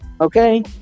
okay